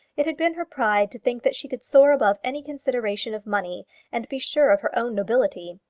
it had been her pride to think that she could soar above any consideration of money and be sure of her own nobility,